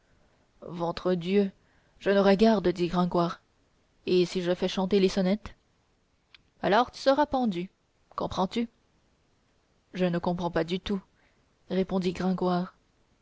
ventre dieu je n'aurais garde dit gringoire et si je fais chanter les sonnettes alors tu seras pendu comprends-tu je ne comprends pas du tout répondit gringoire